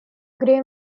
gray